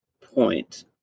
point